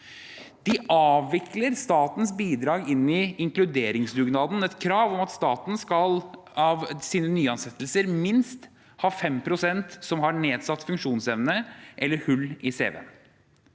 De avvikler statens bidrag inn i inkluderingsdugnaden, som er et krav om at staten i sine nyansettelser skal ha minst 5 pst. som har nedsatt funksjonsevne eller hull i